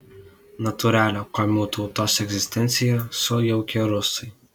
natūralią komių tautos egzistenciją sujaukė rusai